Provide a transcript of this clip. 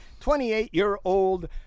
28-year-old